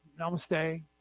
Namaste